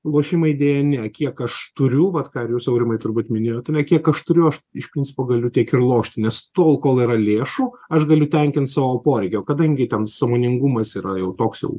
lošimai deja ne kiek aš turiu vat ką ir jūs aurimai turbūt minėjot ane kiek aš turiu aš iš principo galiu tiek ir lošti nes tol kol yra lėšų aš galiu tenkint savo poreikį o kadangi ten sąmoningumas yra jau toks jau